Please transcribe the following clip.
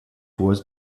was